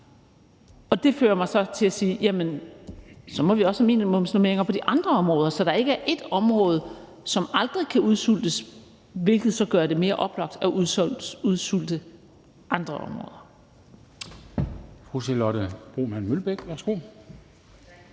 Det fører mig så til at sige: Jamen så må vi også have minimumsnormeringer på de andre områder, så der ikke er ét område, som aldrig kan udsultes, hvilket så gør det mere oplagt at udsulte andre områder.